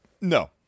No